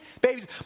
babies